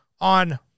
on